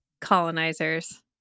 colonizers